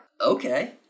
Okay